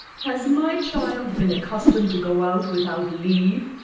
has my child been accustomed to go out without leave,